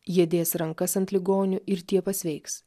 jie dės rankas ant ligonių ir tie pasveiks